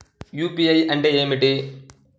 UPI అంటే ఏమిటి?